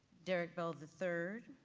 derrick bell the third,